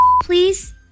please